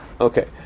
Okay